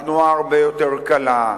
התנועה הרבה יותר קלה.